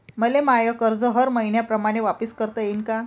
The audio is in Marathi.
मले माय कर्ज हर मईन्याप्रमाणं वापिस करता येईन का?